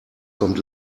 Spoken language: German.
kommt